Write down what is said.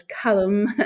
column